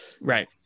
right